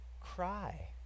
cry